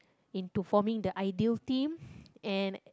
into forming the ideal team and